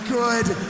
good